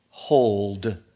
Hold